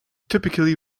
typically